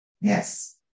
Yes